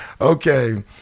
Okay